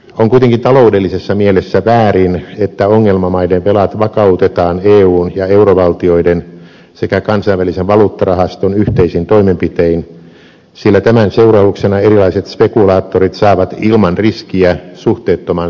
on kuitenkin taloudellisessa mielessä väärin että ongelmamaiden velat vakautetaan eun ja eurovaltioiden sekä kansainvälisen valuuttarahaston yhteisin toimenpitein sillä tämän seurauksena erilaiset spekulaattorit saavat ilman riskiä suhteettoman suuren voiton